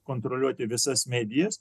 kontroliuoti visas medijas